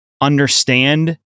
understand